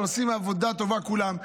שעושים עבודת טובה כולם,